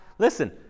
Listen